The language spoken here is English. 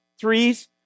threes